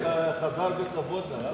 חזר בכבוד אליו.